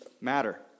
matter